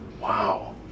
Wow